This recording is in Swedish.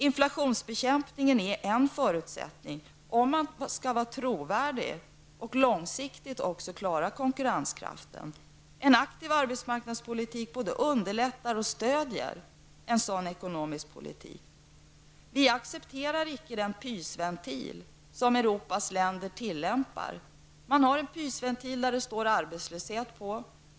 Inflationsbekämpningen är en förutsättning om man skall vara trovärdig och långsiktigt också klara konkurrenskraften. En aktiv arbetsmarknadspolitik både underlättar och stödjer en sådan ekonomisk politik. Vi accepterar icke den pysventil som Europas länder använder. Man har en pysventil som det står arbetslöshet på.